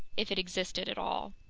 if it existed at all.